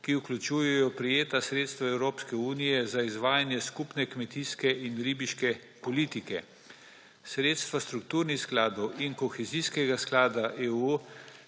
ki vključujejo prejeta sredstva Evropske unije za izvajanje skupne kmetijske in ribiške politike, sredstva strukturnih skladov in kohezijskega sklada EU,